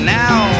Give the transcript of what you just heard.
now